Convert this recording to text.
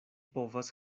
povas